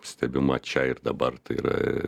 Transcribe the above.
stebima čia ir dabar tai yra